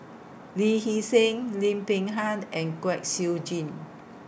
Lee Hee Seng Lim Peng Han and Kwek Siew Jin